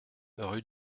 rue